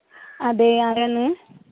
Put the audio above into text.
അതേ ആരാണ്